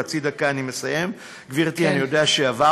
חצי דקה ואני מסיים, גברתי, אני יודע שעברתי.